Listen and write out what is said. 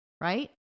Right